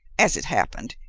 as it happened,